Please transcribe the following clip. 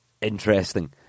Interesting